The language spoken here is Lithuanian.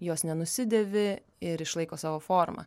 jos nenusidėvi ir išlaiko savo formą